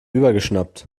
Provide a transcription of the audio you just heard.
übergeschnappt